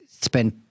Spend